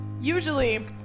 usually